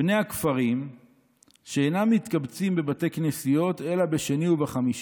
"בני הכפרים שאינם מתקבצים בבתי כנסיות אלא בשני ובחמישי"